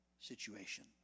situation